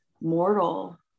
mortal